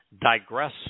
digress